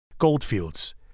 Goldfields